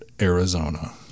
Arizona